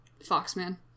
Foxman